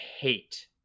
hate